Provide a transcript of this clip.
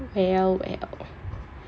well well